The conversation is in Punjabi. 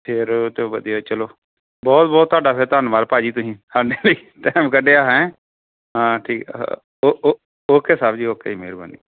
ਫਿਰ ਤਾਂ ਵਧੀਆ ਚਲੋ ਬਹੁਤ ਬਹੁਤ ਤੁਹਾਡਾ ਫਿਰ ਧੰਨਵਾਦ ਭਾਅ ਜੀ ਤੁਸੀਂ ਸਾਡੇ ਲਈ ਟਾਈਮ ਕੱਢਿਆ ਹੈਂ ਹਾਂ ਠੀਕ ਆ ਅ ਓ ਓ ਓਕੇ ਸਾਹਬ ਜੀ ਓਕੇ ਮਿਹਰਬਾਨੀ